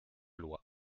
loi